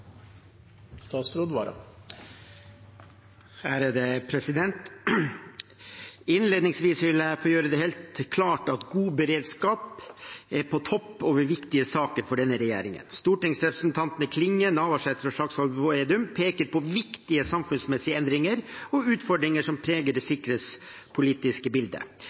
på topp over viktige saker for denne regjeringen. Stortingsrepresentantene Klinge, Navarsete og Slagsvold Vedum peker på viktige samfunnsmessige endringer og utfordringer som preger det sikkerhetspolitiske bildet.